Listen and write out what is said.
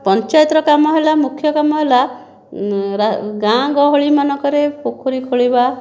ପଞ୍ଚାୟତର କାମ ହେଲା ମୁଖ୍ୟ କାମ ହେଲା ଗାଁ ଗହଳିମାନଙ୍କରେ ପୋଖରୀ ଖୋଳିବା